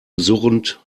surrend